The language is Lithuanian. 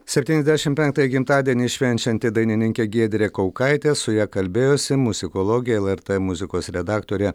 septyniasdešimt penktąjį gimtadienį švenčianti dainininkė giedrė kaukaitė su ja kalbėjosi muzikologė lrt muzikos redaktorė